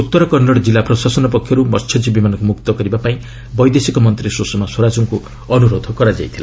ଉତ୍ତର କନ୍ତ ଜିଲ୍ଲା ପ୍ରଶାସନ ପକ୍ଷରୁ ମସ୍ୟଜୀବୀମାନଙ୍କୁ ମୁକ୍ତ କରିବା ପାଇଁ ବୈଦେଶିକମନ୍ତ୍ରୀ ସୁଷମା ସ୍ୱରାଜଙ୍କୁ ଅନୁରୋଧ କରାଯାଇଥିଲା